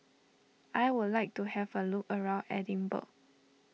I would like to have a look around Edinburgh